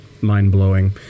mind-blowing